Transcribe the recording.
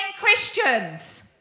Christians